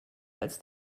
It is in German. als